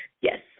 yes